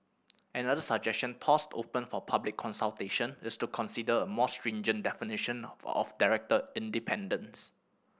another suggestion tossed open for public consultation is to consider a more stringent definition of director independence